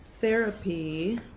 therapy